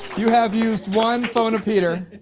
you have used one phone a peter.